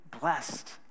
blessed